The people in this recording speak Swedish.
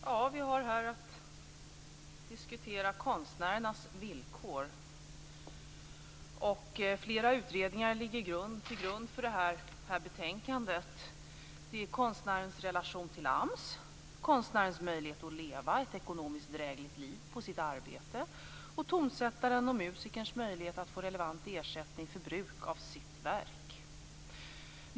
Tack, herr talman! Vi har att diskutera konstnärernas villkor. Flera utredningar ligger till grund för detta betänkande. Det handlar om konstnärens relation till AMS, konstnärens möjlighet att leva ett ekonomiskt drägligt liv på sitt arbete och tonsättarens och musikerns möjlighet att få relevant ersättning för bruk av sitt verk.